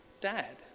dad